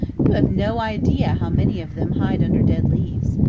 you have no idea how many of them hide under dead leaves.